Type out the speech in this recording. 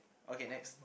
okay next